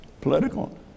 political